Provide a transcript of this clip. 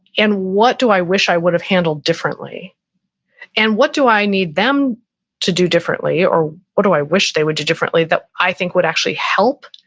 and what do i wish i would've handled differently and what do i need them to do differently or what do i wish they would do differently that i think would actually help?